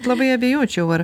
labai abejočiau ar